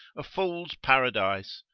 a fool's paradise,